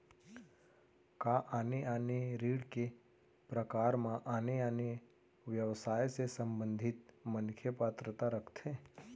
का आने आने ऋण के प्रकार म आने आने व्यवसाय से संबंधित मनखे पात्रता रखथे?